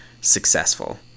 successful